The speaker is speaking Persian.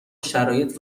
شرایط